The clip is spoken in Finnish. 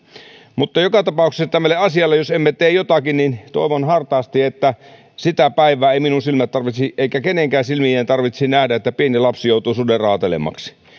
mutta joka tapauksessa jos emme tee tälle asialle jotakin niin toivon hartaasti että sitä päivää ei minun silmieni eikä kenenkään silmien tarvitsisi nähdä että pieni lapsi joutuu suden raatelemaksi